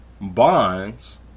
Bonds